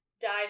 dive